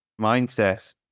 mindset